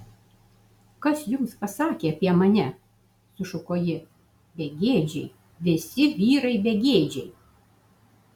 kas jums pasakė apie mane sušuko ji begėdžiai visi vyrai begėdžiai